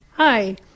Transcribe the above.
Hi